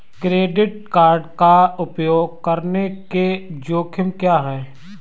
Credit card का उपयोग करने के जोखिम क्या हैं?